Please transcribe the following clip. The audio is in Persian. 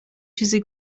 چیزی